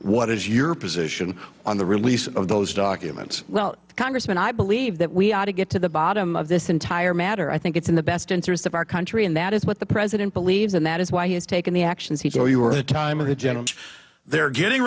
what is your position on the release of those documents well congressman i believe that we ought to get to the bottom of this entire matter i think it's in the best interest of our country and that is what the president believes and that is why he has taken the actions he or you are the time of the general they're getting